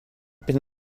been